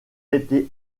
été